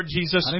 Jesus